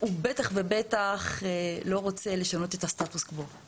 בטח ובטח לא רוצה לשנות את הסטטוס קוו.